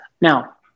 Now